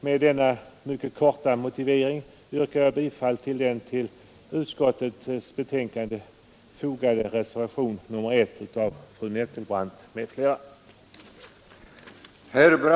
Med denna mycket korta motivering yrkar jag bifall till den vid utskottets betänkande fogade reservationen 1 av fru andre vice talmannen Nettelbrandt m.fl.